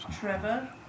Trevor